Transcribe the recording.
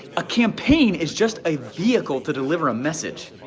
a campaign is just a vehicle to deliver a message,